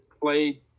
played